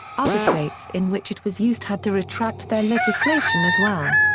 other states in which it was used had to retract their legislation as well.